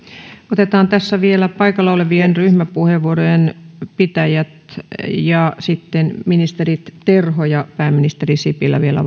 otetaan tässä vielä paikalla olevat ryhmäpuheenvuorojen pitäjät ja sitten ministeri terho ja pääministeri sipilä vielä